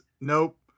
Nope